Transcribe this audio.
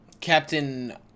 Captain